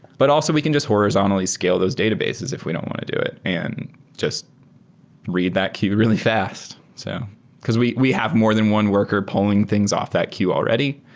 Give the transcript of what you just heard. but also, we can just horizontally scale those databases if we don't want to do it and just read that queue really fast. so because we we have more than one worker pulling things off that queue already.